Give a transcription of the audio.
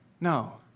no